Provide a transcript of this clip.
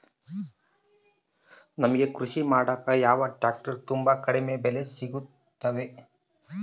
ನಮಗೆ ಕೃಷಿ ಮಾಡಾಕ ಯಾವ ಟ್ರ್ಯಾಕ್ಟರ್ ತುಂಬಾ ಕಡಿಮೆ ಬೆಲೆಗೆ ಸಿಗುತ್ತವೆ?